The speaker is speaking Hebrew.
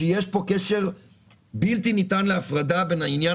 שיש פה קשר בלתי ניתן להפרדה בין עניין